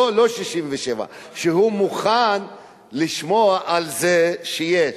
לא 67', שהוא מוכן לשמוע על זה שיש.